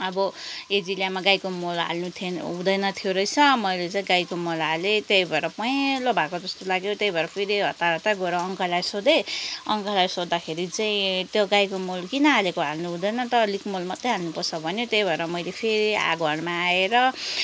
अब एजिलियामा गाईको मल हाल्नु थिएन हुँदैन थियो रहेछ मैले चाहिँ गाईको मल हालेँ त्यही भएर पहेँलो भएको जस्तो लाग्यो त्यही भएर फेरि हतार हतार गएर अङ्कललाई सोधेँ अङ्कललाई सोध्दाखेरि चाहिँ त्यो गाईको मल किन हालेको हाल्नुहुँदैन त लिफमल मात्र हाल्नुपर्छ भन्यो त्यही भएर मैले फेरि अब घरमा आएर